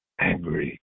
angry